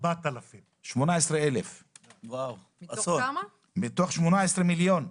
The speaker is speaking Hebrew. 18,000 מתוך 18 מיליון.